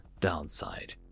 downside